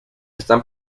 están